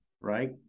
right